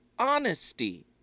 honesty